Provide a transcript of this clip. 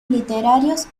literarios